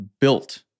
built